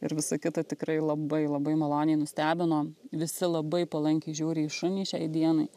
ir visa kita tikrai labai labai maloniai nustebino visi labai palankiai žiūri į šunį šiai dienai